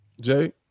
Jay